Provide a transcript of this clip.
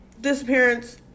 Disappearance